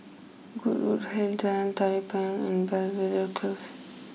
Goodwood Hill Jalan Tari Payong and Belvedere close